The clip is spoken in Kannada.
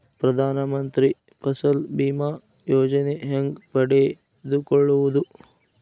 ಪ್ರಧಾನ ಮಂತ್ರಿ ಫಸಲ್ ಭೇಮಾ ಯೋಜನೆ ಹೆಂಗೆ ಪಡೆದುಕೊಳ್ಳುವುದು?